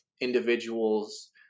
individuals